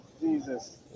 Jesus